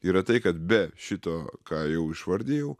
yra tai kad be šito ką jau išvardijau